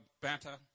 better